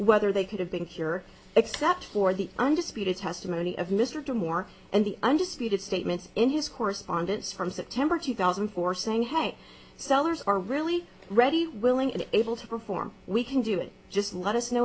whether they could have been here except for the undisputed testimony of mr moore and the undisputed statements in his correspondence from september two thousand and four saying hey sellers are really ready willing and able to perform we can do it just let us know